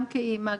גם כאימא,